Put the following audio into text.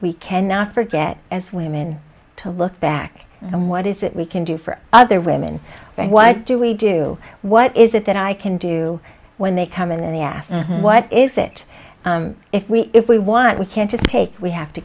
we can not forget as women to look back and what is it we can do for other women and what do we do what is it that i can do when they come in the ass and what is it if we if we want we can't just take we have to